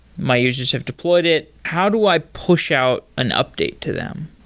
my users have deployed it. how do i push out an update to them?